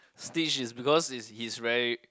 Stitch is because is he's very